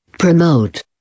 Promote